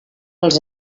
als